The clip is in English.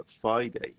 Friday